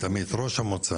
חגים שהיו וזה,